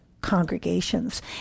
congregations